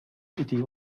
idee